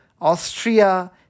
Austria